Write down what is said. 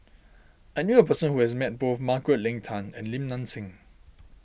I knew a person who has met both Margaret Leng Tan and Lim Nang Seng